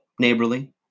neighborly